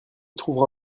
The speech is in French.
trouvera